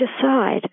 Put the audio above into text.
decide